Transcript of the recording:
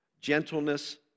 gentleness